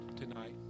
tonight